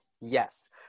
Yes